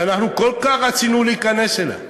שאנחנו כל כך רצינו להיכנס אליו.